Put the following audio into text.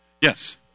Yes